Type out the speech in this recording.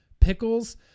pickles